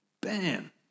Bam